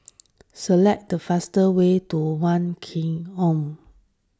select the fast way to one K M